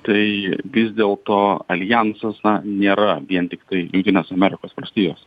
tai vis dėlto aljansas na nėra vien tiktai jungtinės amerikos valstijos